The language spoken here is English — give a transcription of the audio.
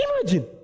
Imagine